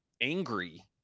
angry